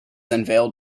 unveiled